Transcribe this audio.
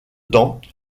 temps